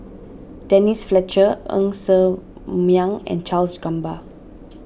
Denise Fletcher Ng Ser Miang and Charles Gamba